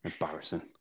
Embarrassing